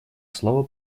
слово